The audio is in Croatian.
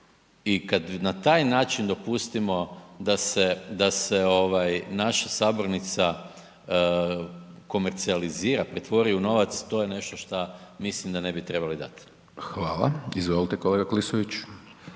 i kad na taj način dopustimo da se, da se ovaj naša sabornica komercijalizira, pretvori u novac, to je nešto šta mislim da ne bi trebali dat. **Hajdaš Dončić,